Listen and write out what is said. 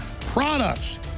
products